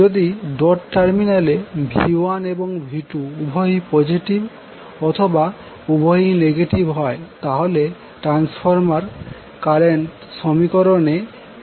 যদি dot terminal এ V1এবং V2 উভয়েই পজেটিভ অথবা উভয়েই নেগেটিভ হয় তাহলে ট্রান্সফরমার কারেন্ট সমীকরণে n ব্যবহার করতে হবে